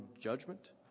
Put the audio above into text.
judgment